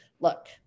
look